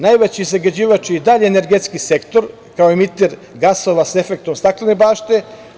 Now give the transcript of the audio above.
Najveći zagađivač je i dalje energetski sektor, kao emiter gasova sa efektom staklene bašte.